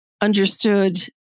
understood